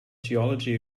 geology